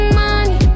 money